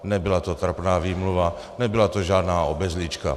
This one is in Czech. Nebyla to trapná výmluva, nebyla to žádná obezlička.